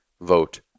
vote